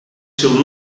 should